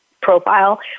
profile